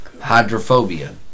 hydrophobia